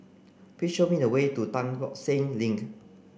please show me the way to Tan Tock Seng Link